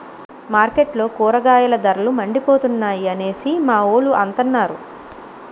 మార్కెట్లో కూరగాయల ధరలు మండిపోతున్నాయి అనేసి మావోలు అంతన్నారు